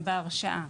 בהרשאה,